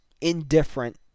indifferent